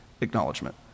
acknowledgement